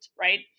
right